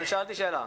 אני שאלתי שאלה.